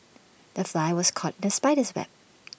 the fly was caught in the spider's web